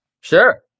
Sure